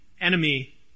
enemy